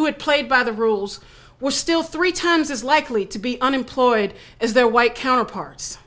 had played by the rules were still three times as likely to be unemployed as their white counterparts